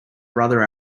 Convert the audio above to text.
brother